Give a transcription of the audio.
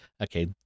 okay